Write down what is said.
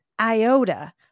iota